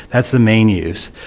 that's the main use.